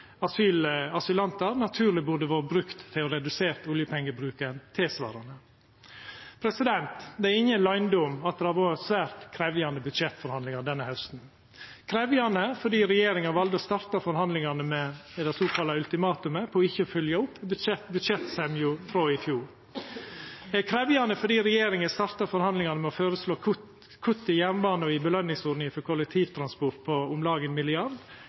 færre asylantar naturleg burde vore brukte til å redusera oljepengebruken tilsvarande. Det er ingen løyndom at det har vore svært krevjande budsjettforhandlingar denne hausten – krevjande fordi regjeringa valde å starta forhandlingane med det såkalla ultimatumet om ikkje å fylgja opp budsjettsemja frå i fjor. Det var krevjande fordi regjeringa starta forhandlingane med å føreslå kutt i jernbane og i påskjøningsordninga for kollektivtransport på om lag